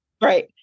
right